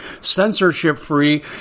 censorship-free